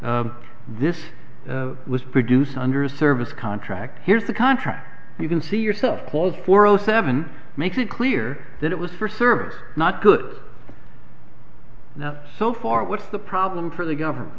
this was produced under a service contract here's a contract you can see yourself close for zero seven makes it clear that it was for service not good enough so far what's the problem for the government